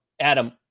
Adam